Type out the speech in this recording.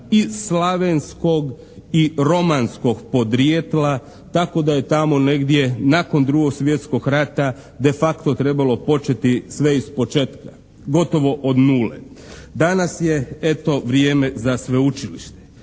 i slavenskog i romanskog podrijetla, tako da je tamo negdje nakon Drugog svjetskog rata de facto trebalo početi sve ispočetka, gotovo od nule. Danas je eto vrijeme za sveučilište.